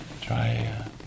Try